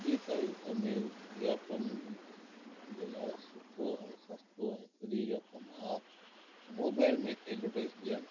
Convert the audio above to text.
अॼु जी तारीख़ में विज्ञापन जे लाइ सुठो ऐं सस्तो ऐं फ़्री जो कम आहे मोबाइल में एडवर्टाइज ॾियणु